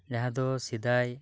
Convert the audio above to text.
ᱡᱟᱦᱟᱸ ᱫᱚ ᱥᱮᱫᱟᱭ